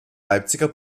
leipziger